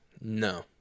No